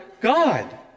God